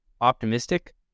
optimistic